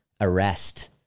arrest